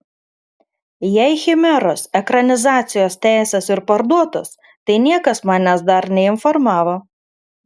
jei chimeros ekranizacijos teisės ir parduotos tai niekas manęs dar neinformavo